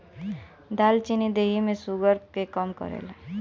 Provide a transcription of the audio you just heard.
दालचीनी देहि में शुगर के कम करेला